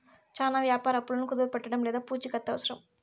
చానా వ్యాపార అప్పులను కుదవపెట్టడం లేదా పూచికత్తు అవసరం